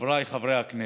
חבריי חברי הכנסת,